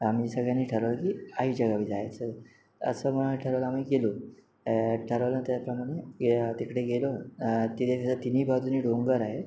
आम्ही सगळ्यांनी ठरवलं की आईच्या गावी जायचं असं म्हणून ठरवलं आम्ही गेलो ठरवलं त्याप्रमाणे तिकडे गेलो तिथे असं तिन्ही बाजूंनी डोंगर आहेत